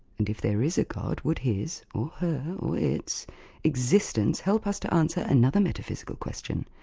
and if there is a god, would his, or her, or its existence help us to answer another metaphysical question,